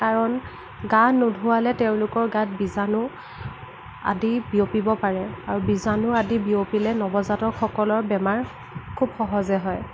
কাৰণ গা নুধোৱালে তেওঁলোকৰ গাত বীজাণু আদি বিয়পিব পাৰে আৰু বীজাণু আদি বিয়পিলে নৱজাতকসকলৰ বেমাৰ খুব সহজে হয়